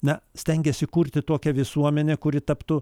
na stengiasi kurti tokią visuomenę kuri taptų